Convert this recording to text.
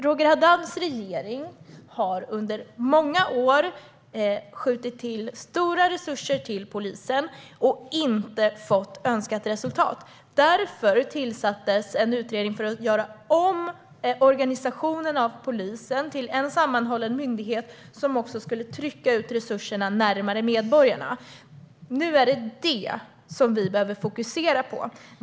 Roger Haddads regering sköt under många år till stora resurser till polisen utan att få önskat resultat. Därför tillsattes en utredning för att göra om polisens organisation till en sammanhållen myndighet som skulle trycka ut resurserna närmare medborgarna. Nu är det detta vi behöver fokusera på.